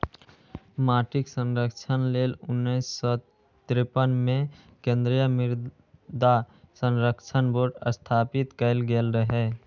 माटिक संरक्षण लेल उन्नैस सय तिरेपन मे केंद्रीय मृदा संरक्षण बोर्ड स्थापित कैल गेल रहै